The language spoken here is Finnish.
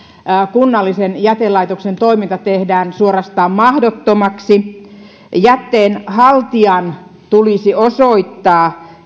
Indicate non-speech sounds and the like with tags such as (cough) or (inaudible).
kunnallisen jätelaitoksen toiminta tehdään suorastaan mahdottomaksi jätteen haltijan tulisi osoittaa (unintelligible)